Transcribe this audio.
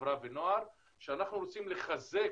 חברה ונוער שאנחנו רוצים לחזק,